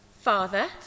Father